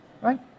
right